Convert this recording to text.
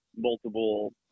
multiple